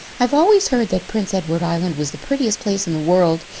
i've always heard that prince edward island was the prettiest place in the world,